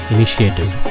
Initiative